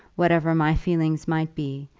whatever my feelings might be,